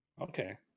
Okay